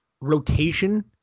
rotation